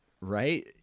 right